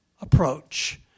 approach